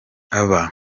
aba